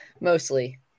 Mostly